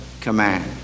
command